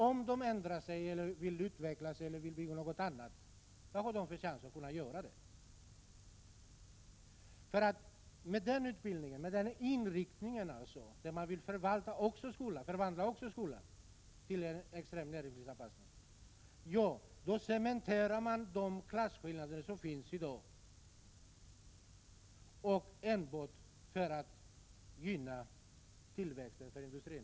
Om de ändrar sig, vill utveckla sig eller vill bli något annat, vad har de, med den utbildning de får, för chanser att kunna förverkliga det? Med denna inriktning, där även skolan skall förvandlas och i extrem grad anpassas till näringslivet, cementerar man de klasskillnader som finns i dag. Detta görs enbart för att gynna tillväxten för industrin.